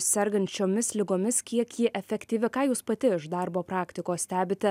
sergančiomis ligomis kiek ji efektyvi ką jūs pati iš darbo praktikos stebite